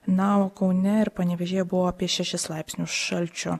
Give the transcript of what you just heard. na o kaune ir panevėžyje buvo apie šešis laipsnius šalčio